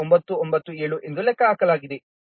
0997 ಎಂದು ಲೆಕ್ಕಹಾಕಲಾಗಿದೆ